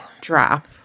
drop